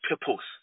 purpose